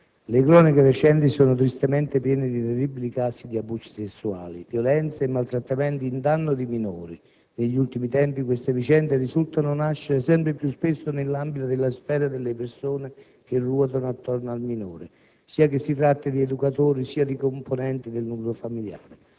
le cronache recenti sono giustamente piene di terribili casi di abusi sessuali, violenze e maltrattamenti in danno di minori. Negli ultimi tempi, queste vicende risultano nascere sempre più spesso nella sfera delle persone che ruotano attorno al minore, sia che si tratti di educatori sia di componenti del nucleo familiare.